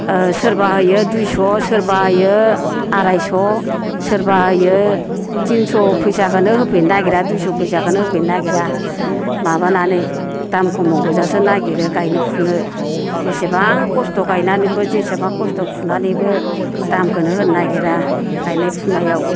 सोरबा होयो दुइस' सोरबा होयो आरायस' सोरबा होयो थिनस' फैसाखौनो होफैनो नागिरा दुइस' फैसाखोनो होफैनो नागिरा माबानानै दाम खमाव गोजासो नागिरो गायनो फुनो जेसेबां खस्थ' गायनानैबो जेसेबां खस्थ' फुनानैबो दामखौनो होनो नागिरा गायनाय फुनायाव